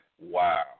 wow